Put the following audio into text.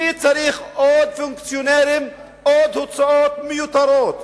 מי צריך עוד פונקציונרים, עוד הוצאות מיותרות?